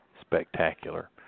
spectacular